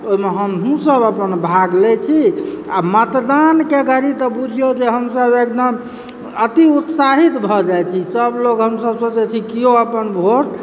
ओहिमऽ हमहुँ सभ अपन भाग लैत छी आ मतदानके घड़ी तऽ बुझिऔ जे हमसभ एकदम अति उत्साहित भऽ जाइ छी सभलोग हमसभ सोचैत छी केओ अपन वोट